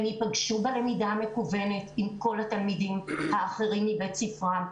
הם ייפגשו בלמידה המקוונת עם כל התלמידים האחרים מבית ספרם,